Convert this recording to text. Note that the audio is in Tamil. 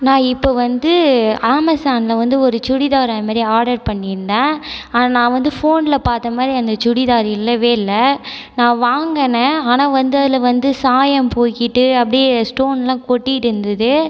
நான் இப்போ வந்து ஆமசானில் வந்து ஒரு சுடிதார் அதுமாதிரி ஆர்டர் பண்ணி இருந்தேன் அது நான் வந்து ஃபோனில் பார்த்த மாதிரி அந்த சுடிதார் இல்லவே இல்லை நான் வாங்கினே ஆனால் வந்து அதில் வந்து சாயம் போயிகிட்டு அப்படியே ஸ்டோன்லாம் கொட்டிகிட்டு இருந்தது